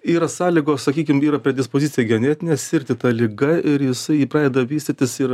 yra sąlygos sakykim vyro predispozicijai genetinės sirgti ta liga ir jisai ji pradeda vystytis ir